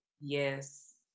yes